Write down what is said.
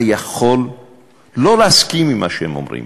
אתה יכול לא להסכים עם מה שהם אומרים